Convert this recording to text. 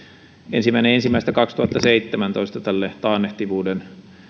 ensimmäinen ensimmäistä kaksituhattaseitsemäntoista tälle taannehtivuuden